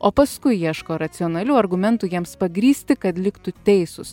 o paskui ieško racionalių argumentų jiems pagrįsti kad liktų teisūs